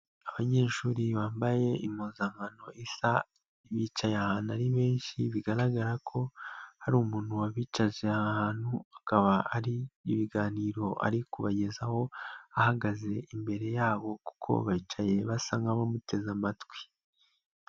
Abanyeshuri bambaye impuzankano isa, bicaye ahantu ari benshi bigaragara ko hari umuntu wabicaje aha ahantu akaba ari ibiganiro ari kubagezaho, ahagaze imbere yabo kuko bicaye basa nk'abamuteze amatwi.